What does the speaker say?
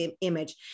image